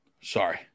sorry